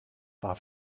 war